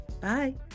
Bye